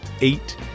Eight